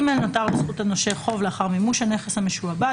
נותר לזכות הנושה חוב לאחר מימוש הנכס המשועבד,